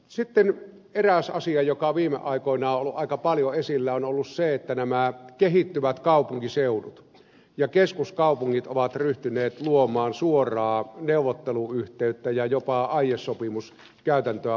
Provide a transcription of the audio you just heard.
sitten eräs asia joka viime aikoina on ollut aika paljon esillä on ollut se että nämä kehittyvät kaupunkiseudut ja keskuskaupungit ovat ryhtyneet luomaan suoraa neuvotteluyhteyttä ja jopa aiesopimuskäytäntöä valtiovallan suuntaan